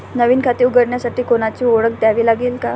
नवीन खाते उघडण्यासाठी कोणाची ओळख द्यावी लागेल का?